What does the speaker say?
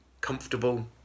comfortable